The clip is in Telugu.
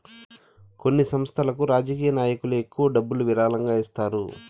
కొన్ని సంస్థలకు రాజకీయ నాయకులు ఎక్కువ డబ్బులు విరాళంగా ఇస్తారు